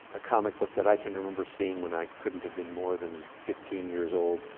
a comic book, that i can remember seeing when i couldn't have been more than fifteen years old.